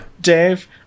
Dave